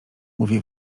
mówi